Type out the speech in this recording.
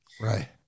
Right